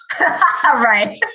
Right